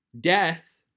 death